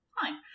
Fine